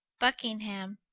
buckingham,